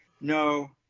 No